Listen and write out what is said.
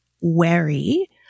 wary